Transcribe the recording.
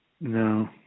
No